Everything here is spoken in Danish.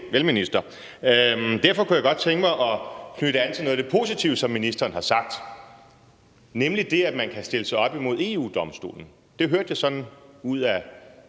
Derfor kunne jeg godt tænke mig at knytte an til noget af det positive, som ministeren har sagt, nemlig det, at man kan stille sig op imod EU-Domstolen. Det hørte jeg ind ad